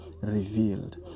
revealed